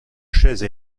chaise